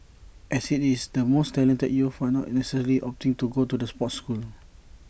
as IT is the most talented youth are not necessarily opting to go to the sports school